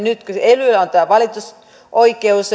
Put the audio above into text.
nyt kun elyille annetaan valitusoikeus